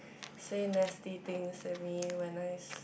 say nasty things at me when I s~